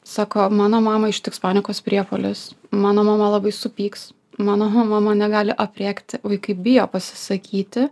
sako mano mamą ištiks panikos priepuolis mano mama labai supyks mano mama mane gali aprėkti vaikai bijo pasisakyti